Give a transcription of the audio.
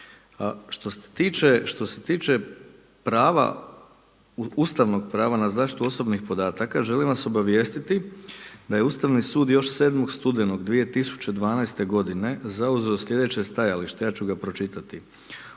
Što se tiče prava, ustavnog prava na zaštitu osobnih podataka želim vas obavijestiti da je Ustavni sud još 7. studenog 2012. godine zauzeo sljedeće stajalište, ja ću ga pročitati: